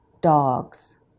dogs